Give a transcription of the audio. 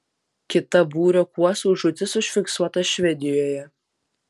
kita būrio kuosų žūtis užfiksuota švedijoje